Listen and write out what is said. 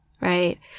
right